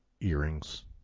earrings